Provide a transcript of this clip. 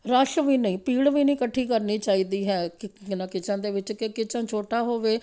rush ਵੀ ਨਹੀਂ ਭੀੜ ਵੀ ਨਹੀਂ ਇਕੱਠੀ ਕਰਨੀ ਚਾਹੀਦੀ ਹੈ ਕਿਚਨ ਦੇ ਵਿੱਚ ਕਿ ਕਿਚਨ ਛੋਟਾ ਹੋਵੇ